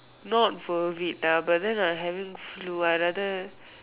not worth it ah but then I having flu I rather